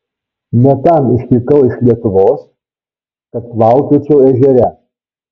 ne tam išvykau iš lietuvos kad plaukiočiau ežere